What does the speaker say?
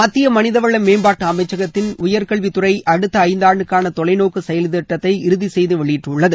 மத்திய மனிதவளமேம்பாட்டு அமைச்சகத்தின் உயர்கல்வித்துறை அடுத்த தொலைநோக்கு செயல்திட்டத்தை இறுதி செய்து வெளியிட்டுள்ளது